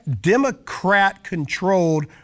Democrat-controlled